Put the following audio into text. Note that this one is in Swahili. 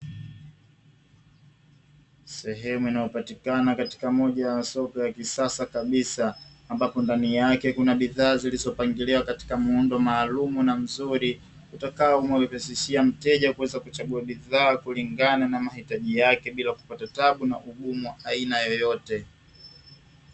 Sehemu inayopatikana katika moja ya soko ya kisasa kabisa, ambapo ndani yake kuna bidhaa zilizopangiliwa katika muundo maalum na mzuri, utakaomwepesishia mteja kuweza kuchagua bidhaa kulingana na mahitaji yake, bila kupata taabu na ugumu wa aina yoyote.